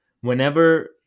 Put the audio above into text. Whenever